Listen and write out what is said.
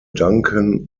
duncan